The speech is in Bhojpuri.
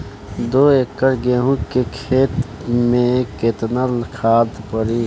दो एकड़ गेहूँ के खेत मे केतना खाद पड़ी?